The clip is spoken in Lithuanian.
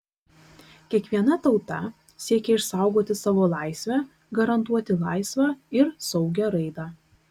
kiekviena tauta siekia išsaugoti savo laisvę garantuoti laisvą ir saugią raidą